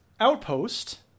Outpost